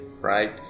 right